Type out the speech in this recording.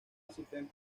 asiste